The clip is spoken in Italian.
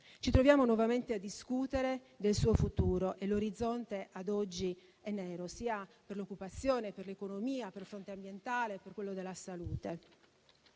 Ci troviamo nuovamente a discutere del suo futuro e l'orizzonte ad oggi è nero per l'occupazione, per l'economia, per il fronte ambientale, per quello della salute.